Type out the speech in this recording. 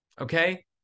Okay